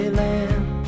land